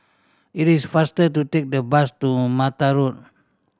it is faster to take the bus to Mata Road